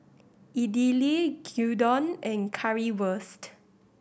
Idili Gyudon and Currywurst